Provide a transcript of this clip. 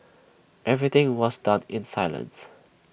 everything was done in silence